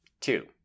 two